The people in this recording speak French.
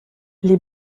les